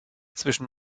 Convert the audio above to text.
zwischen